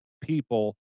people